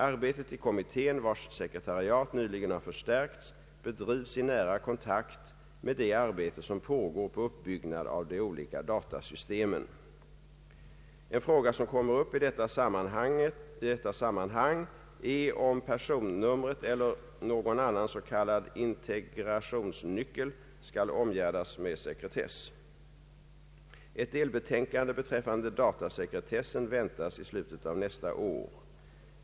Arbetet i kommittén, vars sekretariat nyligen har förstärkts, bedrivs i nära kontakt med det arbete som pågår på uppbyggnad av de olika datasystemen. En fråga, som kommer upp i detta sammanhang, är om personnumret eller någon annan s.k. integrationsnyckel skall omgärdas med sekretess. Ett delbetänkande beträffande datasekretessen väntas i slutet av nästa år.